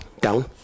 down